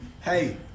hey